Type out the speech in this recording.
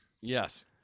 Yes